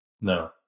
No